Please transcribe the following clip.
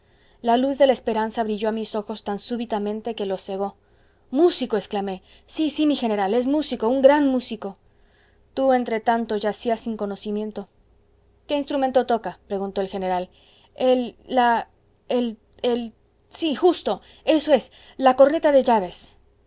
la luz de la esperanza brilló a mis ojos tan súbitamente que los cegó músico exclamé sí sí mi general es músico un gran músico tú entretanto yacías sin conocimiento qué instrumento toca preguntó el general el la el el si justo eso es la corneta de llaves